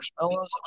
marshmallows